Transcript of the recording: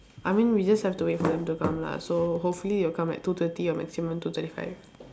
I mean we just have to wait for them to come lah so hopefully they'll come at two thirty or maximum two thirty five